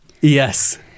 Yes